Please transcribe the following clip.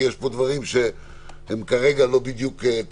כי יש פה דברים שהם כרגע לא תואמים